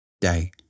day